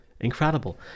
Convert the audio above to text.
Incredible